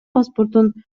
паспортун